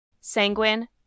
Sanguine